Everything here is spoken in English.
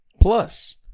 Plus